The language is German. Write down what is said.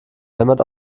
hämmert